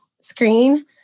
screen